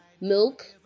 milk